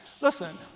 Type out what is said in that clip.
Listen